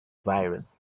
virus